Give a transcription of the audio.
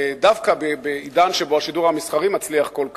דווקא בעידן שבו השידור המסחרי מצליח כל כך,